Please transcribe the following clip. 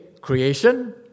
creation